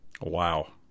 wow